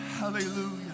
Hallelujah